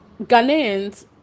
Ghanaians